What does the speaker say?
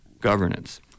governance